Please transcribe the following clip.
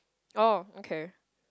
oh okay